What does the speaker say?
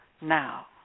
now